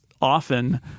often